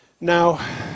now